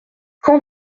quand